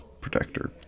protector